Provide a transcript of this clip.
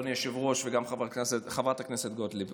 אדוני היושב-ראש וגם חברת הכנסת גוטליב,